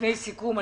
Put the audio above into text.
לפני סיכום,